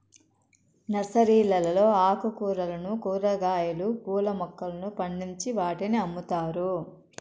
నర్సరీలలో ఆకుకూరలను, కూరగాయలు, పూల మొక్కలను పండించి వాటిని అమ్ముతారు